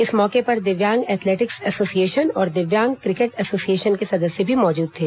इस मौके पर दिव्यांग एथलेटिक्स एसोसिएशन और दिव्यांग क्रिकेट एसोएिसशन के सदस्य भी मौजूद थे